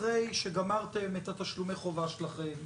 אחרי שגמרתם את תשלומי החובה שלכם,